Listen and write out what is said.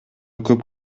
көп